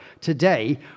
today